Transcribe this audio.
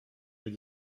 vous